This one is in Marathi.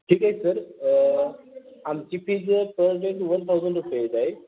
ठीक आहे सर आमची fees per day one thousand रुपये जाईल